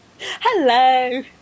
Hello